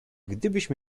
gdybyśmy